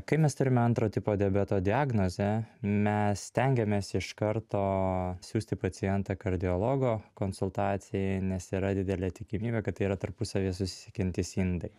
kai mes turime antro tipo diabeto diagnozę mes stengiamės iš karto siųsti pacientą kardiologo konsultacijai nes yra didelė tikimybė kad tai yra tarpusavyje susisiekiantys indai